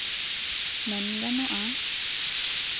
ᱢᱮᱱ ᱜᱟᱱᱚᱜᱼᱟ